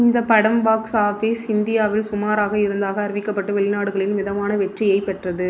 இந்த படம் box office இந்தியாவில் சுமாராக இருந்தாக அறிவிக்கப்பட்டு வெளிநாடுகளில் மிதமான வெற்றியை பெற்றது